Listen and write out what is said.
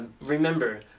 remember